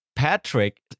Patrick